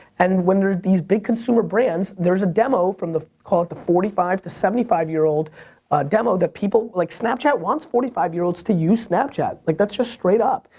and when there's these big consumer brands, there's a demo from, call it the forty five to seventy five year old demo that people, like snapchat wants forty five year olds to use snapchat. like that's just straight up.